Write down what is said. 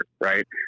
right